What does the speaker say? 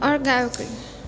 आओर गायके